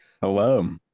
Hello